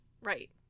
Right